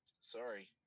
sorry